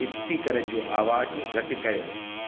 speaker जो आवाज़ घटि करियो